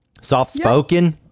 Soft-spoken